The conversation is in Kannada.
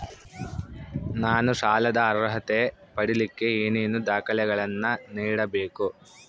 ನಾನು ಸಾಲದ ಅರ್ಹತೆ ಪಡಿಲಿಕ್ಕೆ ಏನೇನು ದಾಖಲೆಗಳನ್ನ ನೇಡಬೇಕು?